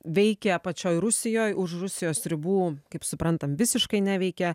veikia pačioj rusijoj už rusijos ribų kaip suprantam visiškai neveikia